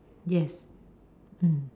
yes mm